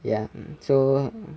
ya so